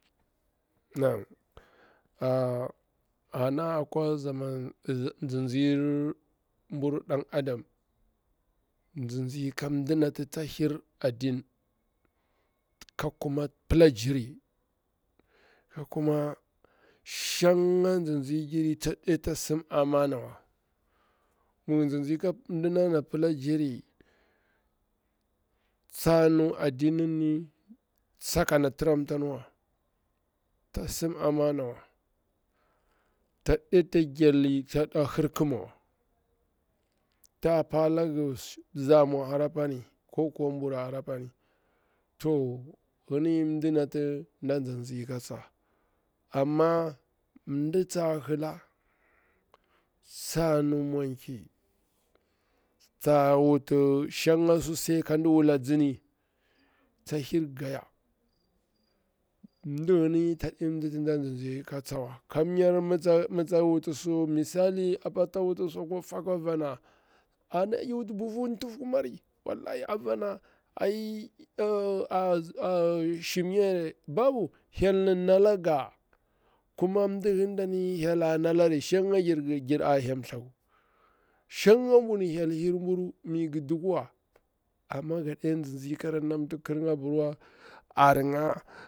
Nalam ana akwa nzinzi buru dan adam, tsitsi ka mdinati ta hir adinka kuma pila jiri, ka kuma shang tsitsijiri tsaɗe ta sim amara ngi wa, to tsitsi ka mdina pila jiri tsanu adinini, saka ana tiram tani wa, ta sim amana wa, tsaɗetagilli tsaɗeta hir kimawa, ta palanga bza amwa hara pani ko bura hara pani, gini mdi nati ɗa nzinzika tsa. Amma mɗi tsa lula, tsa nu mwanki, tsa wuti shangsu sai kan wuk a tsim, tsa hir goya, mdingini tsaɗi mdinati nɗa nzinzi ka tsawa, kam nyar ma tak wutisu misali apa ta wuti su akwa faku avana, ana iwuti buhu tufkumari, ai avana ai a shim nayare, babu hyel ni nalanga kuma mdi ngindani hyel a narari, shengagiri gir a hemthaku, shangnaburu hyel hir buru mi gi dukuwa, gaɗe tsitsi kara namta kirnga apirwa anga.